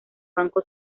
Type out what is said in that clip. banco